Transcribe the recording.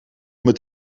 met